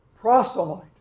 proselyte